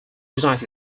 denies